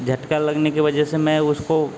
झटका लगने की वजह से मैं उसको